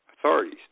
authorities